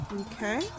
Okay